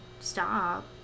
Stop